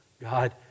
God